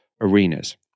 arenas